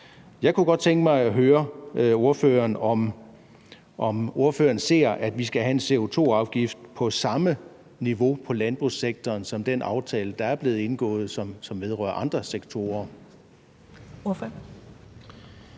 Jeg kunne godt tænke mig at høre ordføreren, om ordføreren ser for sig, at vi skal have en CO2-afgift på samme niveau på landbrugssektoren som den aftale, der er blevet indgået, som vedrører andre sektorer.